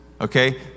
Okay